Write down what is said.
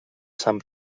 sant